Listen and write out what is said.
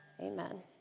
Amen